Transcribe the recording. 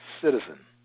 citizen